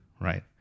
right